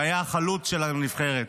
שהיה חלוץ הנבחרת.